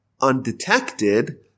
undetected